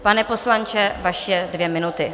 Pane poslanče, vaše dvě minuty.